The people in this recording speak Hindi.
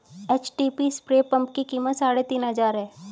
एचटीपी स्प्रे पंप की कीमत साढ़े तीन हजार है